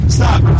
stop